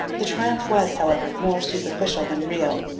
the triumph was, however, more superficial than real,